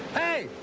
hey,